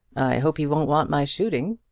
hope he won't want my shooting.